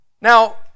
Now